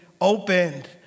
opened